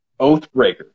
Oathbreaker